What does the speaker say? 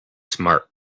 smart